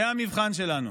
זה המבחן שלנו.